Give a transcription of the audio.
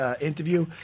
interview